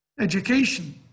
Education